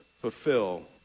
fulfill